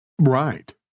Right